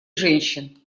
женщин